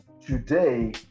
today